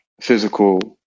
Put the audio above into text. physical